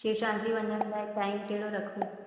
शिव शांति वञण लाइ टाइम कहिड़ो रखूं